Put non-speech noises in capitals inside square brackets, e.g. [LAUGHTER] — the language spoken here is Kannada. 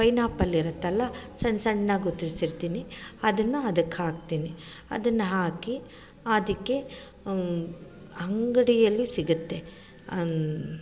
ಪೈನಾಪಲ್ ಇರುತ್ತಲ್ಲ ಸಣ್ಣ ಸಣ್ಣ [UNINTELLIGIBLE] ಇರ್ತೀನಿ ಅದನ್ನು ಅದಕ್ಕೆ ಹಾಕ್ತೀನಿ ಅದನ್ನು ಹಾಕಿ ಅದಕ್ಕೆ ಅಂಗಡಿಯಲ್ಲಿ ಸಿಗುತ್ತೆ